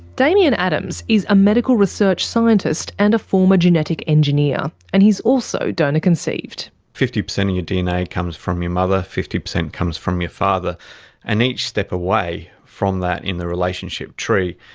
damian adams is a medical research scientist and former genetic engineer, and he's also donor conceived. fifty percent of your dna comes from your mother, fifty percent comes from your father and each step away from that in the relationship tree,